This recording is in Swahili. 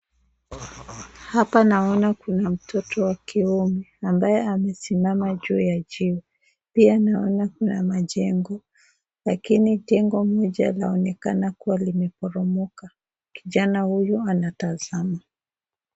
Hapa naona kuna mtoto wa kiume ambaye amesimama juu ya jiwe, pia naona kuna majengo, lakini jengo moja inaonekana kuwa limeporomoka, kijana huyu anatazama.